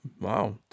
Wow